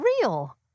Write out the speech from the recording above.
real